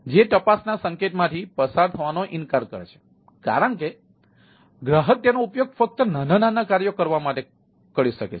જે તપાસના સંકેત માંથી પસાર થવાનો ઇનકાર કરે છે કારણ કે ગ્રાહક તેનો ઉપયોગ ફક્ત નાના નાના કાર્યો કરવા માટે જ કરી શકે છે